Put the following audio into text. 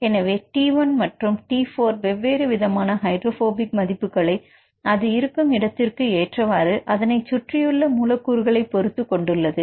எனவே T1 and T4 வெவ்வேறு விதமான ஹைட்ரோபோபிக் மதிப்புகளை அது இருக்கும் இடத்திற்கு ஏற்றவாறு அதனைச் சுற்றியுள்ள மூலக்கூறுகளை பொருத்து கொண்டுள்ளது